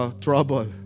trouble